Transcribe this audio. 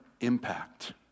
impact